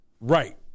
Right